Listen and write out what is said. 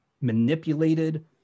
manipulated